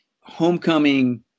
homecoming